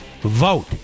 vote